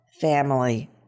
family